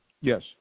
Yes